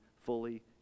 fully